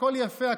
הכול יפה,